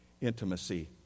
intimacy